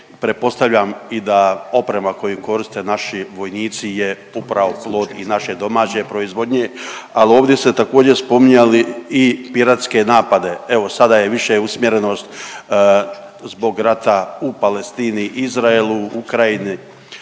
pretpostavljam i da oprema koju koriste naši vojnici je upravo plod i naše domaće proizvodnje, al ovdje ste također spominjali i piratske napade. Evo sada je više usmjerenost zbog rata u Palestini, Izraelu, Ukrajini